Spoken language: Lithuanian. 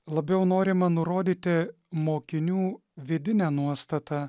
labiau norima nurodyti mokinių vidinę nuostatą